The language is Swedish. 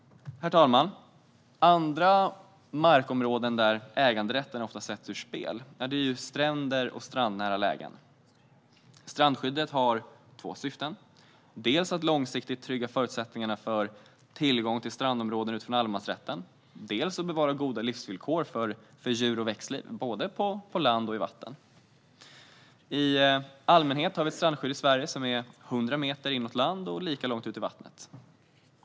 Herr talman! Andra markområden där äganderätten ofta sätts ur spel är stränder och strandnära lägen. Det finns två syften med strandskyddet: dels att långsiktigt trygga förutsättningarna för tillgång till strandområden utifrån allemansrätten, dels att bevara goda livsvillkor för djur och växtliv, både på land och i vatten. I allmänhet gäller strandskyddet i Sverige 100 meter inåt land och lika långt ut i vattnet.